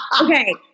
Okay